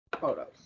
photos